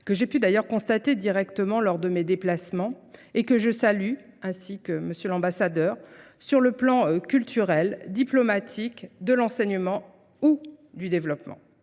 que j'ai pu d'ailleurs constater directement lors de mes déplacements et que je salue, ainsi que M. l'ambassadeur, sur le plan culturel, diplomatique, de l'enseignement ou du développement.